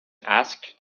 asked